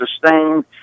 sustained